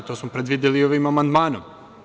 To smo predvideli ovim amandmanom.